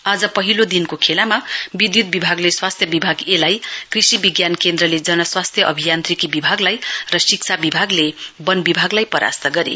आज पहिलो दिनको खेलामा विद्युत विभागले स्वास्थ्य विभाग एलाई कृषि विज्ञान केन्द्रले जन स्वास्थ्य अभियान्त्रिकी विभागलाई र शिक्षा विभागले वन विभागलाई परास्त गरे